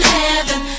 heaven